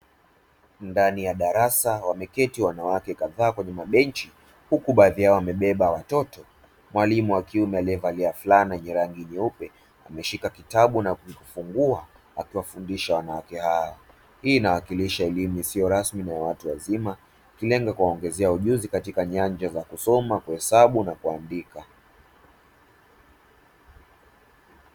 Ndani ya darasa, wameketi wanawake kadhaa kwenye mabenchi, huku baadhi yao wamebeba watoto; mwalimu wa kiume, aliyevalia fulana yenye rangi nyeupe, ameshika kitabu na kukifungua, akiwafundisha wanawake hao; hii inawakilisha elimu isiyo rasmi na ya watu wazima, ikilenga kuwaongezea ujuzi katika nyanja za kusoma, kuandika, na kuhesabu.